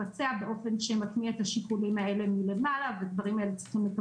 הדברים האלה הם לא חדשים.